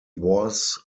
was